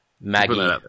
Maggie